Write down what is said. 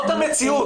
זאת המציאות.